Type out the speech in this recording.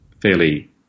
fairly